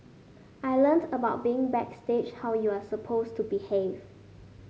I learnt about being backstage how you are supposed to behave